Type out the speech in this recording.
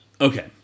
Okay